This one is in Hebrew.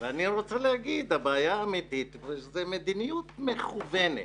ואני רוצה לומר שהבעיה האמיתית היא מדיניות מכוונת.